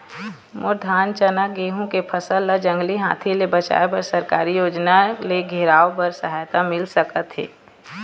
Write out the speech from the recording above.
मोर धान चना गेहूं के फसल ला जंगली हाथी ले बचाए बर सरकारी योजना ले घेराओ बर सहायता मिल सका थे?